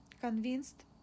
convinced